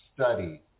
study